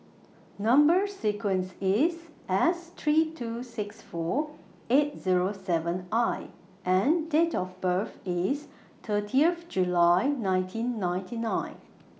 Number sequence IS S three two six four eight Zero seven I and Date of birth IS thirtieth July nineteen ninety nine